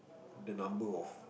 the number of